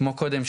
כמו קודם,